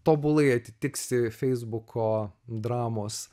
tobulai atitiksi feisbuko dramos